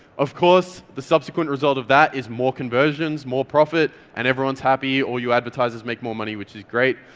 of course the subsequent result of that is more conversions, more profit, and everyone's happy or your advertisers make more money, which is great,